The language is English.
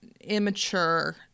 immature